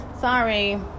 sorry